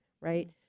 right